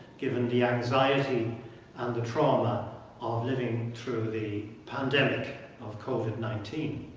given the anxiety and the trauma of living through the pandemic of covid nineteen